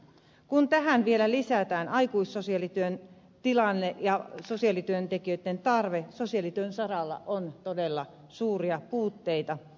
kun tähän vielä lisätään aikuissosiaalityön tilanne ja sosiaalityöntekijöitten tarve sosiaalityön saralla on todella suuria puutteita